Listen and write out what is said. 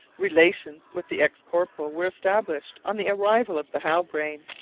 relations with the ex-corporal were established on the arrival of the halbrane,